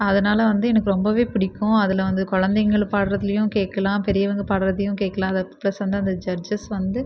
அதனால் வந்து எனக்கு ரொம்பவே பிடிக்கும் அதில் வந்து குழந்தைங்கள் பாடுவதையும் கேட்கலாம் பெரியவங்க பாடுவதையும் கேட்கலாம் ரெப்ரெசெண்ட்டாக அந்த ஜட்ஜெஸ் வந்து